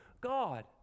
God